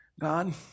God